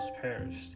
perished